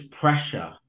pressure